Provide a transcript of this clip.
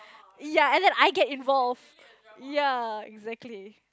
ya and then I get involved ya exactly